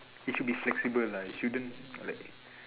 it should be flexible lah it shouldn't like